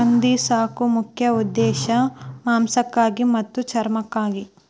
ಹಂದಿ ಸಾಕು ಮುಖ್ಯ ಉದ್ದೇಶಾ ಮಾಂಸಕ್ಕಾಗಿ ಮತ್ತ ಚರ್ಮಕ್ಕಾಗಿ